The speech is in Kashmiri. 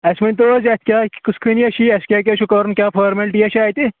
اَسہِ ؤنۍ تَو حظ یَتھ کیٛاہ کٕس خٲنِیَا چھِ یہِ اَسہِ کیٛاہ کیٛاہ چھُ کَرُن کیٛاہ فارمَلٹِی چھَ اَتہِ